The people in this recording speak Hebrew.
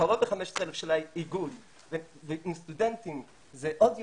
קרוב ל-15,000 של האיגוד ועם סטודנטים זה עוד יותר,